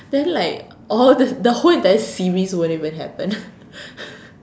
then like all the the whole entire series won't even happen